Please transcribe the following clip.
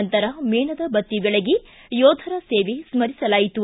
ನಂತರ ಮೇಣದ ಬತ್ತಿ ಬೆಳಗಿ ಯೋಧರ ಸೇವೆ ಸ್ಮರಿಸಲಾಯಿತು